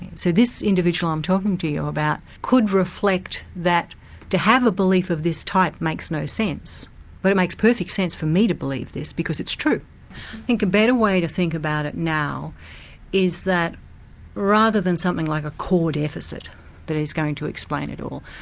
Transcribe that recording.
so this individual i'm talking to about could reflect that to have a belief of this type makes no sense but it makes perfect sense for me to believe this because it's true. i think a better way to think about it now is that rather than something like a core deficit that is going to explain it all,